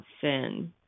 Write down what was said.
sin